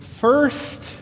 first